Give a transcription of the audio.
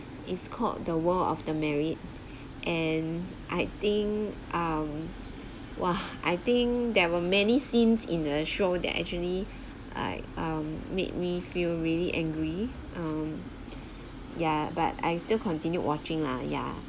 it's called the world of the married and I think ah !wah! I think there were many scenes in the show that actually I um made me feel really angry um yeah but I still continued watching lah ya